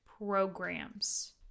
programs